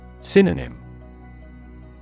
Synonym